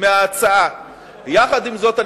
עם זאת,